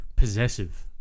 Possessive